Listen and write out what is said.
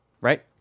right